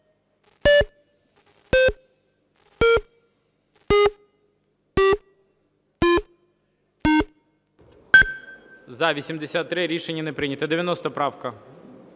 За-83 Рішення не прийнято. 90 правка,